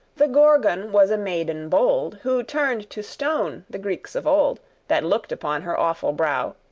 the gorgon was a maiden bold who turned to stone the greeks of old that looked upon her awful brow.